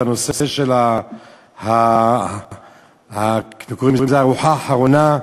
קוראים לזה "חדר הארוחה האחרונה",